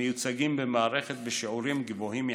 המיוצגים במערכת בשיעורים גבוהים יחסית.